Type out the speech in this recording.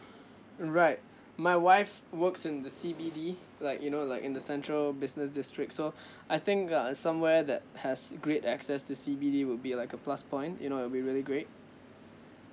right my wife works in the C_B_D like you know like in the central business district so I think err somewhere that has a great access to C_B_D would be like a plus point you know it would be really great